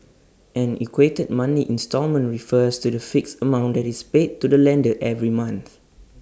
an equated monthly instalment refers to the fixed amount that is paid to the lender every month